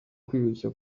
kwibeshya